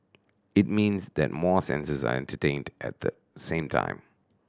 it means that more senses are entertained at the same time